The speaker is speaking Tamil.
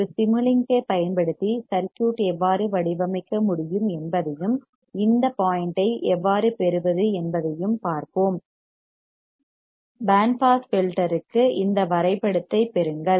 ஒரு சிமுலிங்கைப் பயன்படுத்தி சர்க்யூட் எவ்வாறு வடிவமைக்க முடியும் என்பதையும் இந்த பாயிண்ட் ஐ புள்ளியை எவ்வாறு பெறுவது என்பதையும் பார்ப்போம் பேண்ட் பாஸ் ஃபில்டர்க்கு இந்த வரைபடத்தைப் பெறுங்கள்